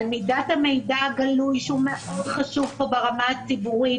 על מידת המידע הגלוי שהוא מאוד חשוב פה ברמה הציבורית.